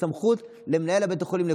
סמכות למנהל בית החולים.